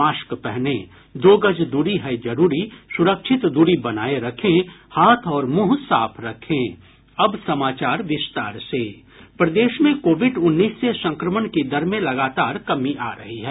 mask पहनें दो गज दूरी है जरूरी सुरक्षित दूरी बनाये रखें हाथ और मुंह साफ रखें अब समाचार विस्तार से प्रदेश में कोविड उन्नीस से संक्रमण की दर में लगातार कमी आ रही है